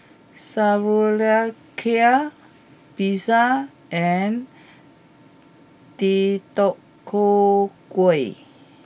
Sauerkraut Pizza and Deodeok gui